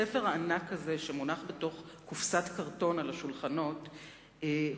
הספר הענק הזה שמונח בתוך קופסת קרטון על השולחנות הוא,